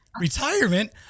retirement